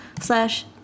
slash